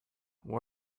what